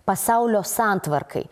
pasaulio santvarkai